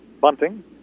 Bunting